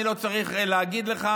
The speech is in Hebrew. אני לא צריך להגיד לך,